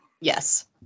Yes